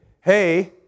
hey